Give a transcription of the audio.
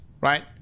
right